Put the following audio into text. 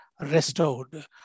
restored